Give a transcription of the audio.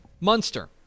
Munster